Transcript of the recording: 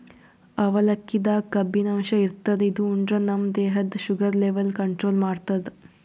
ಅವಲಕ್ಕಿದಾಗ್ ಕಬ್ಬಿನಾಂಶ ಇರ್ತದ್ ಇದು ಉಂಡ್ರ ನಮ್ ದೇಹದ್ದ್ ಶುಗರ್ ಲೆವೆಲ್ ಕಂಟ್ರೋಲ್ ಮಾಡ್ತದ್